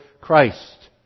Christ